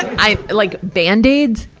i, like band-aids,